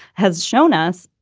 has shown us,